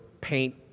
paint